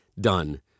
Done